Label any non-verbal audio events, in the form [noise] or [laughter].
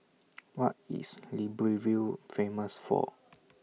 [noise] What IS Libreville Famous For